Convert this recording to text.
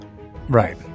Right